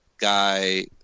Guy